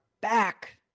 back